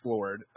Lord